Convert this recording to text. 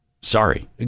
Sorry